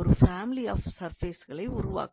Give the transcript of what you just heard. ஒரு family of சர்ஃபேசுகளை உருவாக்கும்